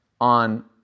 on